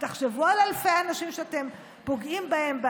תחשבו על אלפי האנשים שאתם פוגעים בהם,